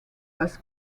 was